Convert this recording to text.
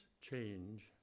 change